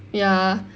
ya